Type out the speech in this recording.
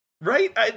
Right